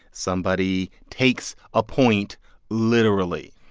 somebody takes a point literally.